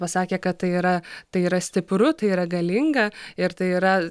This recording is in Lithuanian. pasakė kad tai yra tai yra stipru tai yra galinga ir tai yra